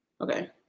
Okay